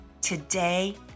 today